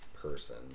person